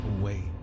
away